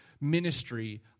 ministry